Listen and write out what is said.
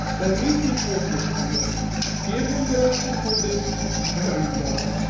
then meet me forthwith at the notary's give him direction for this merry bond,